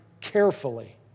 carefully